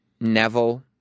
Neville